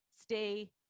stay